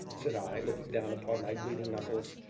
said i, looking down upon my bleeding knuckles,